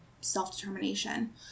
self-determination